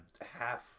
half